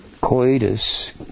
coitus